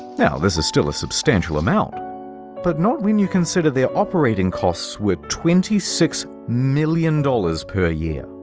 now, this is still a substantial amount but not when you consider their operating costs. with twenty six million dollars per year.